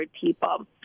people